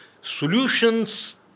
solutions